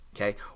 okay